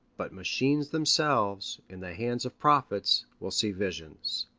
but machines themselves, in the hands of prophets, will see visions.